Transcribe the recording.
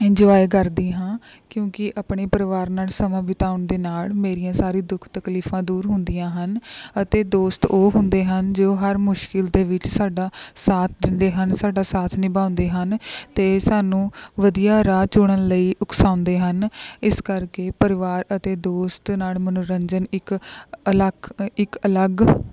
enjoy ਕਰਦੀ ਹਾਂ ਕਿਉਂਕਿ ਆਪਣੇ ਪਰਿਵਾਰ ਨਾਲ ਸਮਾਂ ਬਿਤਾਉਣ ਦੇ ਨਾਲ ਮੇਰੀਆਂ ਸਾਰੇ ਦੁੱਖ ਤਕਲੀਫਾਂ ਦੂਰ ਹੁੰਦੀਆਂ ਹਨ ਅਤੇ ਦੋਸਤ ਉਹ ਹੁੰਦੇ ਹਨ ਜੋ ਹਰ ਮੁਸ਼ਕਿਲ ਦੇ ਵਿੱਚ ਸਾਡਾ ਸਾਥ ਦਿੰਦੇ ਹਨ ਸਾਡਾ ਸਾਥ ਨਿਭਾਉਂਦੇ ਹਨ ਅਤੇ ਸਾਨੂੰ ਵਧੀਆ ਰਾਹ ਚੁਣਨ ਲਈ ਉਕਸਾਉਂਦੇ ਹਨ ਇਸ ਕਰਕੇ ਪਰਿਵਾਰ ਅਤੇ ਦੋਸਤ ਨਾਲ ਮਨੋਰੰਜਨ ਇੱਕ ਅਲੱਖ ਇੱਕ ਅਲੱਗ